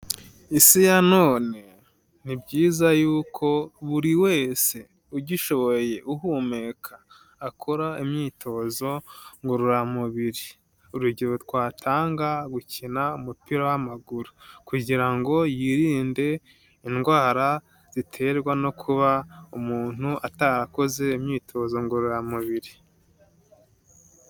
Isi ya none ni byiza yuko buri wese ugishoboye uhumeka akora imyitozo ngororamubiri, urugero twatanga gukina umupira w'amaguru kugira ngo yirinde indwara ziterwa no kuba umuntu atarakoze imyitozo ngororamubiri.